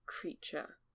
creature